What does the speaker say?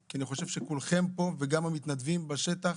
כי אני חושב שלכולכם פה וגם לאלפי המתנדבים בשטח,